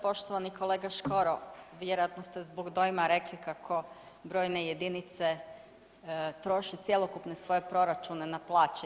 Poštovani kolega Škoro, vjerojatno ste zbog dojma rekli kako brojne jedinice troše cjelokupne svoje proračune na plaće.